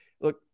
look